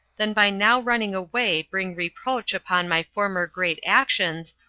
than by now running away bring reproach upon my former great actions,